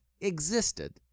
existed